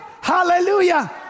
hallelujah